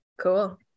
Cool